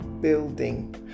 building